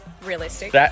realistic